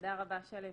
תודה רבה שלו.